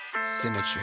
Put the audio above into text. Symmetry